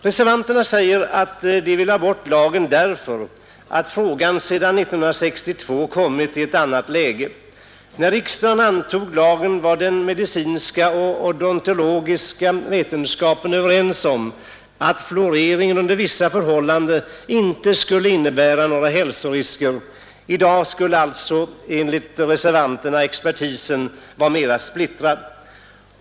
Reservanterna säger att de vill ha bort lagen därför att saken sedan 1962 kommit i ett annat läge. När riksdagen antog lagen var den medicinska och odontologiska vetenskapen överens om att fluoridering under vissa förhållanden inte skulle innebära några hälsorisker. I dag skulle alltså expertisen enligt reservanterna vara mera splittrad.